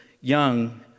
young